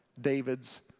David's